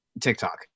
tiktok